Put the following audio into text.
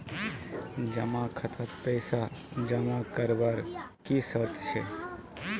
जमा खातात पैसा जमा करवार की शर्त छे?